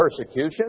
persecution